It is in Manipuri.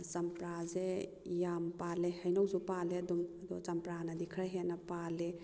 ꯆꯝꯄꯔꯥꯁꯦ ꯌꯥꯝ ꯄꯥꯜꯂꯦ ꯍꯩꯅꯧꯁꯨ ꯄꯥꯜꯂꯦ ꯑꯗꯨꯝ ꯑꯗꯣ ꯆꯝꯄꯔꯥꯅꯗꯤ ꯈꯔ ꯍꯦꯟꯅ ꯄꯥꯜꯂꯦ